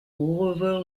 rover